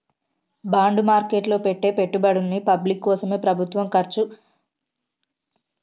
bond market లో పెట్టే పెట్టుబడుల్ని పబ్లిక్ కోసమే ప్రభుత్వం ఖర్చుచేత్తదంట